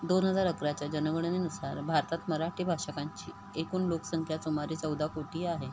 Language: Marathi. दोन हजार अकराच्या जनगणनेनुसार भारतात मराठी भाषकांची एकूण लोकसंख्या सुमारे चौदा कोटी आहे